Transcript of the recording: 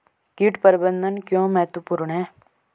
कीट प्रबंधन क्यों महत्वपूर्ण है?